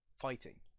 fighting